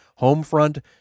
Homefront